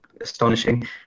astonishing